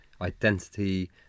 identity